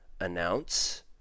announce